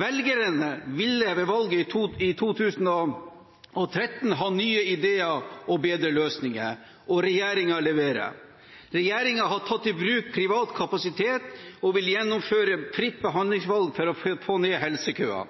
Velgerne ville ved valget i 2013 ha nye ideer og bedre løsninger, og regjeringen leverer. Regjeringen har tatt i bruk privat kapasitet og vil gjennomføre fritt behandlingsvalg for å få ned